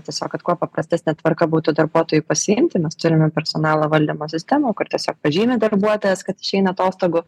tiesiog kad kuo paprastesne tvarka būtų darbuotojui pasiimti mes turime personalo valdymo sistemą kur tiesiog pažymi darbuotojas kad išeina atostogų